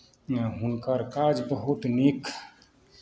मे हुनकर काज बहुत नीक